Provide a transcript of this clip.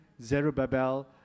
Zerubbabel